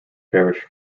parish